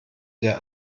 der